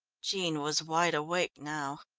jean was wide awake now.